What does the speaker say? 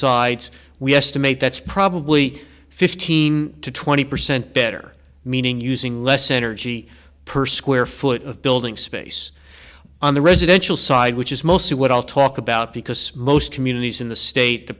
sides we estimate that's probably fifteen to twenty percent better meaning using less energy per square foot of building space on the residential side which is mostly what i'll talk about because most communities in the state the